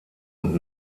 und